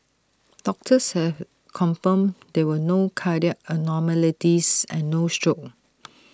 doctors have confirmed there were no cardiac abnormalities and no stroke